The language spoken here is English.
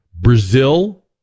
Brazil